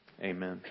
Amen